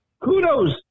kudos